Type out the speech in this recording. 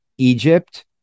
Egypt